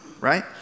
right